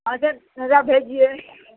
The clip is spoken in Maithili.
अच्छा भेजिए